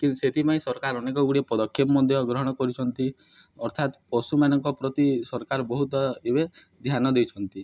କିନ୍ତୁ ସେଥିପାଇଁ ସରକାର ଅନେକ ଗୁଡ଼ିଏ ପଦକ୍ଷେପ ମଧ୍ୟ ଗ୍ରହଣ କରିଛନ୍ତି ଅର୍ଥାତ ପଶୁମାନଙ୍କ ପ୍ରତି ସରକାର ବହୁତ ଏବେ ଧ୍ୟାନ ଦେଇଛନ୍ତି